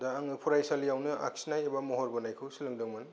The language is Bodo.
दा आङो फरायसालियावनो आखिनाय एबा महर बोनायखौ सोलोंदोंमोन